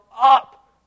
up